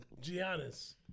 Giannis